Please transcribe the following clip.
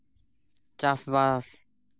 ᱪᱟᱥᱼᱵᱟᱥ